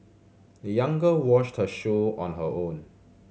the young girl washed her shoe on her own